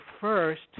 first